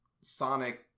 Sonic